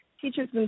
teachers